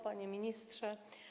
Panie Ministrze!